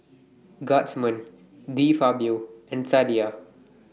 Guardsman De Fabio and Sadia